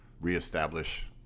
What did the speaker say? reestablish